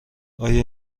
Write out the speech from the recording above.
آیا